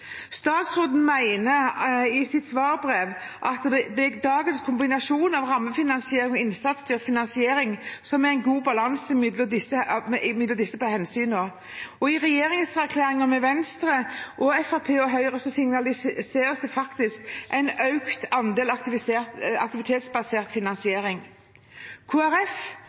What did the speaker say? Statsråden sier i sitt svarbrev at dagens kombinasjon av rammefinansiering og innsatsstyrt finansiering gir en god balanse mellom disse hensynene. I regjeringserklæringen fra Høyre, Fremskrittspartiet og Venstre signaliserer man en økning av andelen aktivitetsbasert finansiering.